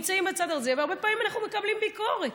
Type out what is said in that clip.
והרבה פעמים אנחנו מקבלים ביקורת.